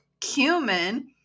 cumin